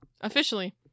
Officially